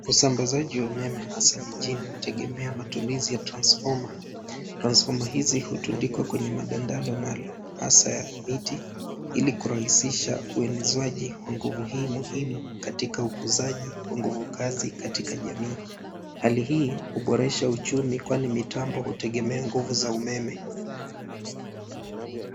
Usambazaji wa umeme hasa mijini, hutegemea matumizi ya transfoma. Transfoma hizi hutundikwa kwenye madandalo maalum hasa ya miti, ili kurahisisha uelezwaji wa nguvu hii muhimu katika ukuzaji wa nguvu kazi katika jamii. Hali hii, huboresha uchumi ,kwani mitambo hutegemea nguvu za umeme.